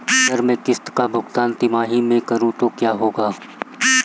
अगर मैं किश्त का भुगतान तिमाही में करूं तो क्या होगा?